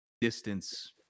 distance